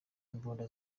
imbunda